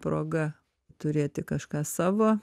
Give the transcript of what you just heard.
proga turėti kažką savo